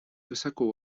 высоко